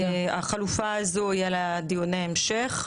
החלופה הזו היא לדיוני ההמשך.